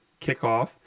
kickoff